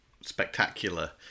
spectacular